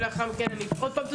ולאחר מכן גל.